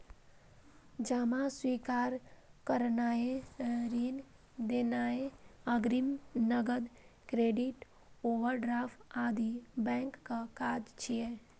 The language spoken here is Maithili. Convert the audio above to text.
जमा स्वीकार करनाय, ऋण देनाय, अग्रिम, नकद, क्रेडिट, ओवरड्राफ्ट आदि बैंकक काज छियै